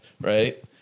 right